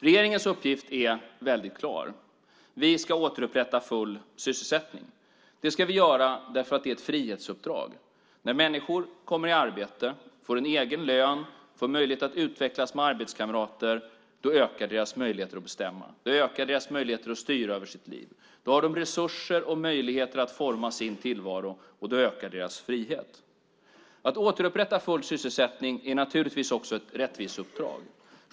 Regeringens uppgift är väldigt klar. Vi ska återupprätta full sysselsättning. Det ska vi göra därför att det är ett frihetsuppdrag. När människor kommer i arbete, får en egen lön och möjlighet att utvecklas med arbetskamrater ökar deras möjligheter att bestämma. Det ökar deras möjligheter att styra över sitt liv. Då har de resurser och möjligheter att forma sin tillvaro, och då ökar deras frihet. Att återupprätta full sysselsättning är naturligtvis också ett rättviseuppdrag.